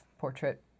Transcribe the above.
portrait